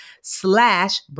slash